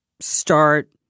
Start